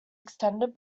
extended